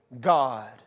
God